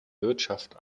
wirtschaft